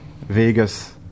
Vegas